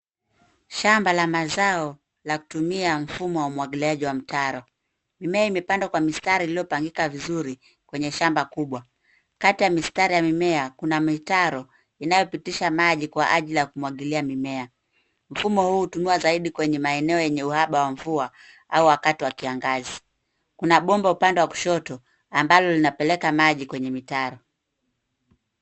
Shamba la mazao la kutumia mfumo wa umwagiliaji wa mitaro. Mimea imepandwa kwa mistari iliyopangika vizuri kwenye shamba kubwa. Kati ya mistari ya mimea. kuna mitaro inayopitisha maji kwa ajili ya kumwagilia mimea. Mfumo huu hutumiwa zaidi kwenye maeneo yenye uhaba wa mvua au wakati wa kiangazi. Kuna bomba upande wa kushoto ambalo linapeleka maji kwenye mitaro.